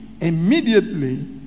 Immediately